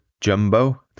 Jumbo